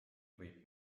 võib